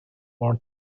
more